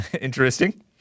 Interesting